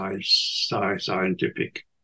scientific